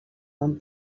van